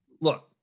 Look